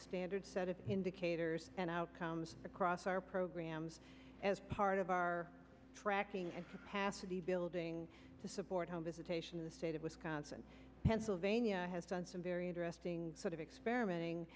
standard set of indicators and outcomes across our programs as part of our tracking and half of the building to support home visitation the state of wisconsin pennsylvania has done some very interesting sort of experimenting